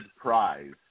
prize